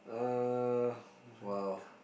uh !wow!